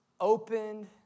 opened